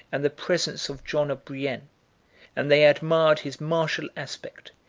and the presence of john of brienne and they admired his martial aspect,